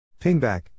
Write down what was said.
Pingback